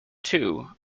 too